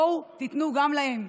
בואו, תיתנו גם להם.